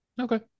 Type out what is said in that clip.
okay